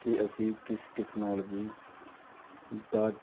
ਕਿ ਅਸੀਂ ਕਿਸ ਟਿਕਨੋਲੋਜੀ ਦਾ